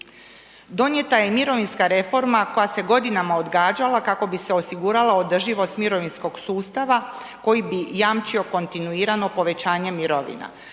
Donijeta je i mirovinska reforma koja se godinama odgađala kako bi se osigurao održivost mirovinskog sustava koja bi jamčio kontinuirano povećanje mirovina.